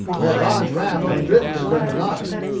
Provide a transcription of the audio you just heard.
where a large raft of drift timber had lodged.